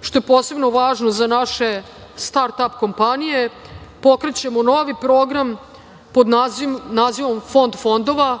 što je posebno važno za naše start-ap kompanije, pokrećemo novi program pod nazivom „Fond fondova“